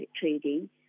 trading